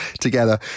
together